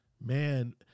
man